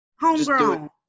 Homegrown